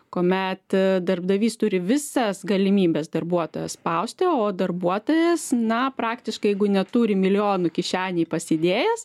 kuomet darbdavys turi visas galimybes darbuotoją spausti o darbuotojas na praktiškai neturi milijonų kišenėj pasidėjęs